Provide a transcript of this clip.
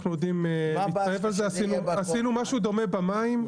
אנחנו עשינו משהו דומה במים,